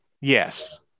yes